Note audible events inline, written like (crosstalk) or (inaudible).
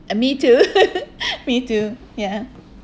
ah me too (laughs) me too ya